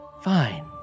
fine